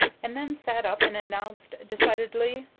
and then sat up and announced decidedly,